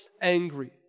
angry